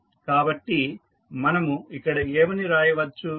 కాబట్టి మనము ఇక్కడ ఏమని రాయవచ్చు